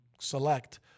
select